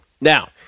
Now